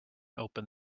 open